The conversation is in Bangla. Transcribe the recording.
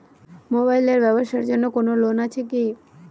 মোবাইল এর ব্যাবসার জন্য কোন লোন আছে কি?